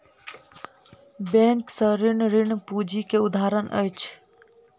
bank से ऋण, ऋण पूंजी के उदाहरण अछि